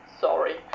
Sorry